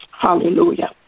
Hallelujah